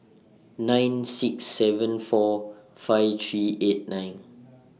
nine six seven four five three eight nine